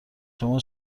شما